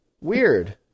Weird